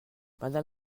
madame